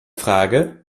frage